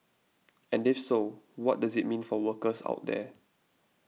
and if so what does it mean for workers out there